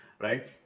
right